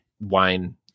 wine